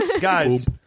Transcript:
guys